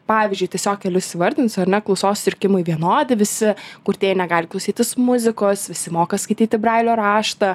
pavyzdžiui tiesiog kelis įvardinsiu ar ne klausos sutrikimai vienodi visi kurtieji negali klausytis muzikos visi moka skaityti brailio raštą